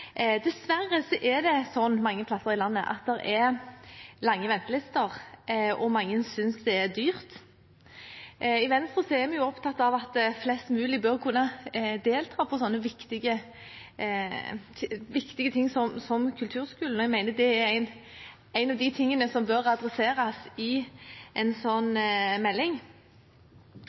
Dessverre er ventelistene lange mange steder i landet, og mange synes det er dyrt. I Venstre er vi opptatt av at flest mulig bør kunne delta på slike viktige ting som kulturskolen, og jeg mener det er en av de tingene som bør adresseres i en slik melding.